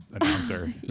announcer